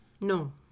No